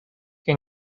que